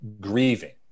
grieving